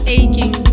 aching